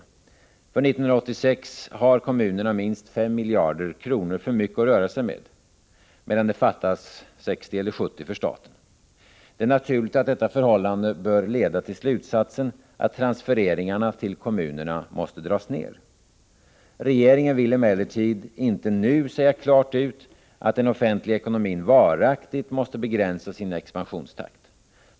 För 1986 har kommunerna minst 5 miljarder kronor för mycket att röra sig med, medan det fattas 60 eller 70 miljarder kronor för staten. Det är naturligt att detta förhållande bör leda till slutsatsen att transfereringarna till kommuner na måste dras ned. Regeringen vill emellertid inte nu säga klart ut att den offentliga ekonomin varaktigt måste begränsa sin expansionstakt.